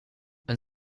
een